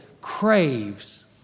craves